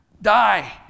die